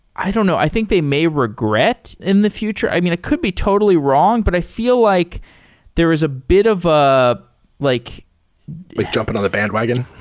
i don't know, i think they may regret in the future. i mean, i could be totally wrong, but i feel like there is a bit of a ah like like jumping on the bandwagon?